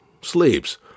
sleeps